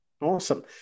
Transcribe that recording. Awesome